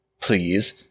please